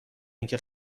اینکه